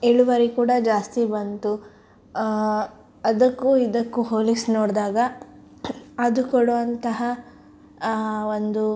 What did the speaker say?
ಇಳುವರಿ ಕೂಡ ಜಾಸ್ತಿ ಬಂತು ಅದಕ್ಕೂ ಇದಕ್ಕೂ ಹೋಲಿಸಿ ನೋಡಿದಾಗ ಅದು ಕೊಡುವಂತಹ ಒಂದು